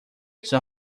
son